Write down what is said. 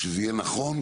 כשזה יהיה נכון,